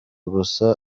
gusa